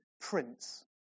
prince